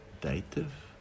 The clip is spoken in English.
dative